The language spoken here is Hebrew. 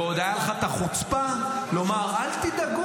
ועוד היה לך את החוצפה לומר: אל תדאגו,